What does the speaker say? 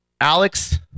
Alex